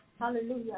Hallelujah